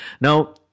Now